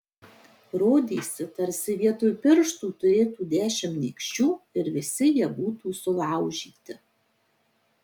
rodėsi tarsi vietoj pirštų turėtų dešimt nykščių ir visi jie būtų sulaužyti